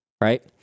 Right